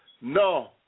No